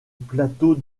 plateau